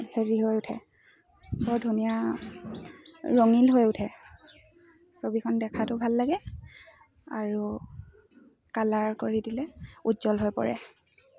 হেৰি হৈ উঠে বৰ ধুনীয়া ৰঙিল হৈ উঠে ছবিখন দেখাাতো ভাল লাগে আৰু কালাৰ কৰি দিলে উজ্জ্বল হৈ পৰে